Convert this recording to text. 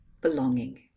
Belonging